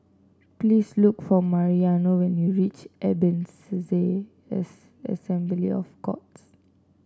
please look for Mariano when you reach Ebenezer as Assembly of Gods